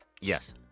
Yes